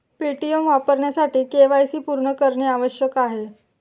Paytm वापरण्यासाठी KYC पूर्ण करणे आवश्यक आहे